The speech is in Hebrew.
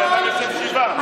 הבן אדם יושב שבעה.